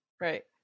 Right